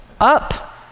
Up